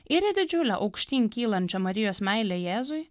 ir į didžiulę aukštyn kylančią marijos meilę jėzui